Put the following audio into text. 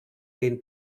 been